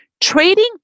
trading